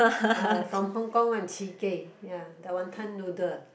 uh from Hong-Kong one Chee-Kei ya the wanton noodle